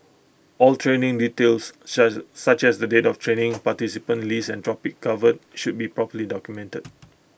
all training details such as the date of training participant list and topics covered should be properly documented